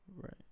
Right